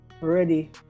ready